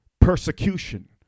persecution